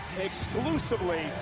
exclusively